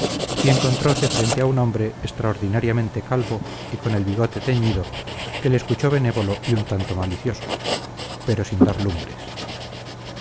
y encontrose frente a un hombre extraordinariamente calvo y con el bigote teñido que le escuchó benévolo y un tanto malicioso pero sin dar lumbres